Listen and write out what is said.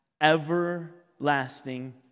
everlasting